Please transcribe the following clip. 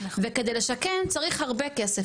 וכדי לשקם צריך הרבה כסף,